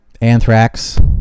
Anthrax